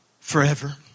forever